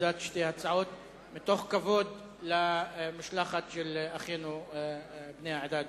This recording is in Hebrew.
הצמדת שתי ההצעות מתוך כבוד למשלחת של אחינו בני העדה הדרוזית.